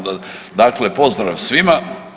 Dakle, pozdrav svima.